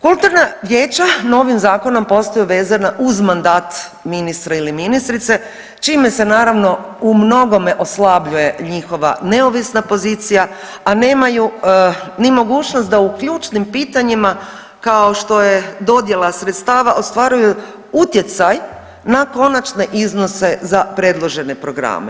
Kulturna vijeća novim zakonom postaju vezana uz mandat ministra ili ministrice čime se naravno u mnogome oslabljuje njihova neovisna pozicija, a nemaju ni mogućnost da u ključnim pitanjima kao što je dodjela sredstava ostvaruju utjecaj na konačne iznose za predložene programe.